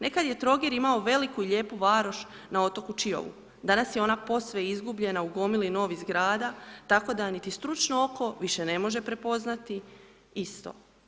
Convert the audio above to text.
Nekad je Trogir imao veliku i lijepu varoš na otoku Čiovu, danas je ona posve izgubljena u gomili novih zgrada tako da niti stručno oko više ne može prepoznati isto.